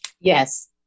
Yes